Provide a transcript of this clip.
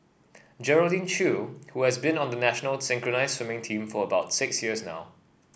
Geraldine Chew who has been on the national synchronised swimming team for about six years now